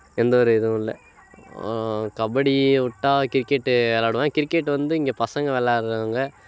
எந்த ஒரு இதுவும் இல்லை கபடியை விட்டா கிரிக்கெட்டு விளாடுவேன் கிரிக்கெட்டு வந்து இங்கே பசங்கள் வெளாட்றவங்க